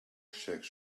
shakes